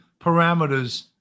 parameters